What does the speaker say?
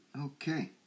Okay